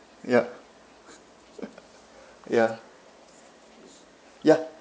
ya ya ya